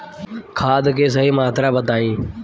खाद के सही मात्रा बताई?